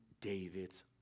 David's